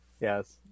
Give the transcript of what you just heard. Yes